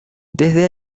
desde